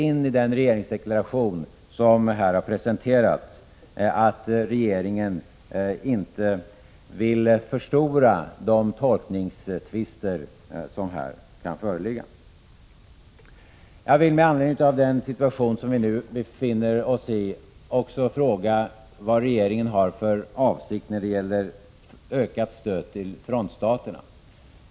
Men i den regeringsdeklaration som här har presenterats läser jag in att regeringen inte vill förstora de tolkningstvister som här kan föreligga. Med anledning av den situation som vi nu befinner oss i vill jag också fråga vad regeringen har för avsikt när det gäller ökat stöd till frontstaterna.